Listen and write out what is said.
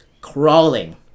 crawling